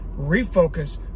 refocus